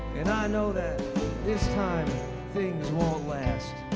and i know that this time things won't last